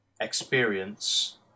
experience